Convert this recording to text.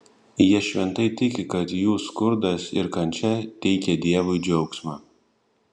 jie šventai tiki kad jų skurdas ir kančia teikia dievui džiaugsmą